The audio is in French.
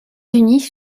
unis